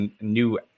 new